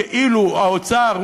כאילו האוצר,